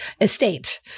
estate